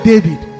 David